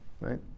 Right